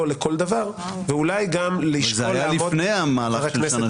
לכל דבר ואולי גם לשקול לעמוד --- זה היה לפני המהלך של שנה שעברה.